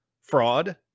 fraud